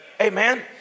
Amen